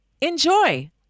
Enjoy